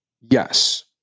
yes